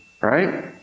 right